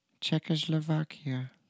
Czechoslovakia